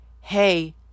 hey